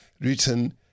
written